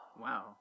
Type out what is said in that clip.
Wow